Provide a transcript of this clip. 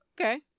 okay